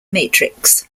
matrix